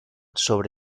sobre